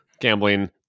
gambling